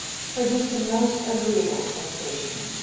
produced a most agreeable sensation.